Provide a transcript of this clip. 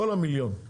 כל המיליון,